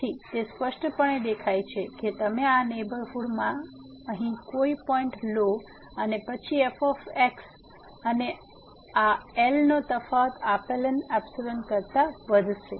તેથી તે સ્પષ્ટપણે દેખાય છે કે તમે આ નેહબરહુડમાં અહીં કોઈ પોઈન્ટ લો અને પછી f અને આ L નો તફાવત આપેલ ϵ કરતા વધશે